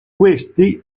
questi